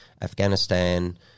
Afghanistan